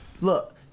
Look